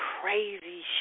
Crazy